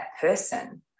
person